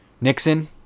Nixon